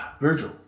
Virgil